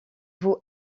vos